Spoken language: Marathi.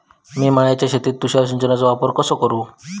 मिया माळ्याच्या शेतीत तुषार सिंचनचो वापर कसो करू?